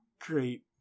great